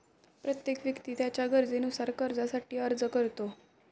प्रत्येक व्यक्ती त्याच्या गरजेनुसार कर्जासाठी अर्ज करतो